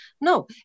No